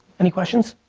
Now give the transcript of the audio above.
any questions?